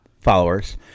followers